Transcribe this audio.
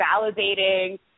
validating